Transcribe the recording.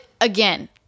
again